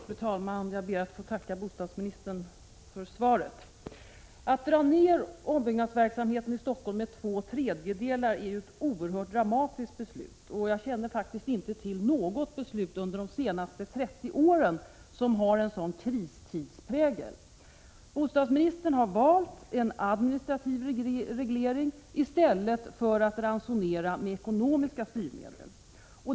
Fru talman! Jag ber att få tacka bostadsministern för svaret. Att dra ner ombyggnadsverksamheten i Stockholm med två tredjedelar är ett oerhört dramatiskt beslut. Jag känner faktiskt inte till något beslut under de senaste 30 åren som har en sådan kristidsprägel. Bostadsministern har valt en administrativ reglering i stället för att ransonera med ekonomiska styrmedel.